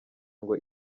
ngo